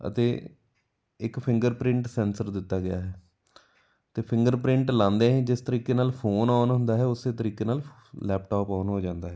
ਅਤੇ ਇੱਕ finger print sensor ਦਿੱਤਾ ਗਿਆ ਹੈ ਅਤੇ ਫਿੰਗਰ ਪ੍ਰਿੰਟ ਲਾਉਂਦੇ ਹੀ ਜਿਸ ਤਰੀਕੇ ਨਾਲ ਫੋਨ ਔਨ ਹੁੰਦਾ ਹੈ ਉਸ ਤਰੀਕੇ ਨਾਲ ਲੈਪਟੋਪ ਔਨ ਹੋ ਜਾਂਦਾ ਹੈ